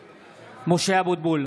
(קורא בשמות חברי הכנסת) משה אבוטבול,